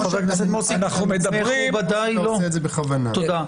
אנחנו מדברים